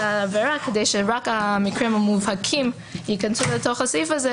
אם רוצים לדייק את העבירה כדי שרק הדברים המובהקים ייכנסו לתוך הסעיף,